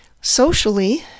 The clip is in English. Socially